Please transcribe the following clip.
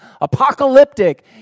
apocalyptic